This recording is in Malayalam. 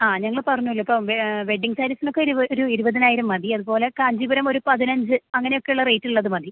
ആ ഞങ്ങള് പറഞ്ഞല്ലോ ഇപ്പോള് വെഡ്ഡിംഗ് സാരീസിനൊക്കെ ഒരു ഇരുപതിനായിരം മതി അതുപോലെ കാഞ്ചീപുരമൊരു പതിനഞ്ച് അങ്ങനെയൊക്കെയുള്ള റേറ്റുള്ളത് മതി